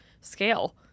scale